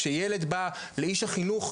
כאשר ילד בא לאיש החינוך,